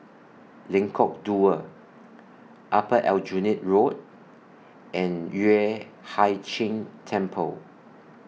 Lengkok Dua Upper Aljunied Road and Yueh Hai Ching Temple